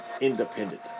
independent